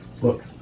Look